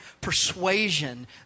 persuasion